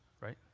right